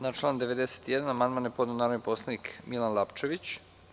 Na član 91. amandman je podneo narodni poslanik Milan Lapčević.